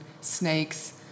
snakes